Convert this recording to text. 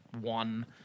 one